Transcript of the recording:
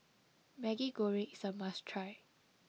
Maggi Goreng is a must try